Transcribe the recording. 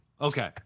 Okay